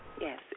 Yes